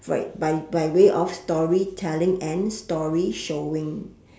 for e~ by by way of story telling and story showing